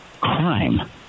crime